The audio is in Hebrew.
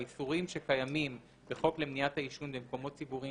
האיסורים שקיימים בחוק למניעת העישון במקומות ציבוריים